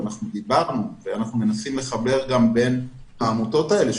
אנחנו דיברנו ואנחנו מנסים לחבר גם בין העמותות האלה,